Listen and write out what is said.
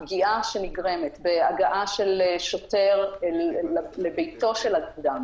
הפגיעה שנגרמת בהגעה של שוטר לביתו של אדם